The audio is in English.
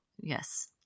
yes